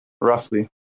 Roughly